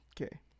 Okay